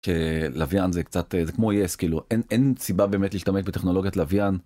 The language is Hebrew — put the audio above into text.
לוויין זה קצת ...זה כמו yes כאילו אין ...אין סיבה באמת להשתמש בטכנולוגיות לווין.